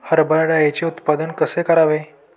हरभरा डाळीचे उत्पादन कसे करावे?